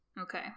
Okay